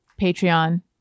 Patreon